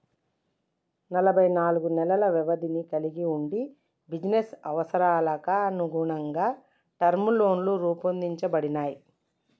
ఎనబై నాలుగు నెలల వ్యవధిని కలిగి వుండి బిజినెస్ అవసరాలకనుగుణంగా టర్మ్ లోన్లు రూపొందించబడినయ్